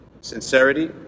sincerity